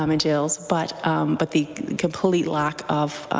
um jails, but but the complete lack of